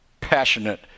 passionate